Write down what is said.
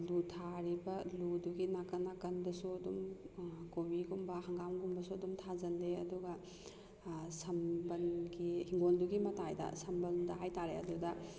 ꯑꯜꯂꯨ ꯊꯥꯔꯤꯕ ꯑꯜꯂꯨꯗꯨꯒꯤ ꯅꯥꯀꯟ ꯅꯥꯀꯟꯗꯁꯨ ꯑꯗꯨꯝ ꯀꯣꯕꯤꯒꯨꯝꯕ ꯍꯪꯒꯥꯝꯒꯨꯝꯕꯁꯨ ꯑꯗꯨꯝ ꯊꯥꯖꯜꯂꯤ ꯑꯗꯨꯒ ꯁꯝꯕꯟꯒꯤ ꯍꯤꯡꯒꯣꯜꯗꯨꯒꯤ ꯃꯇꯥꯏꯗ ꯁꯝꯕꯟꯗ ꯍꯥꯏꯇꯥꯔꯦ ꯑꯗꯨꯗ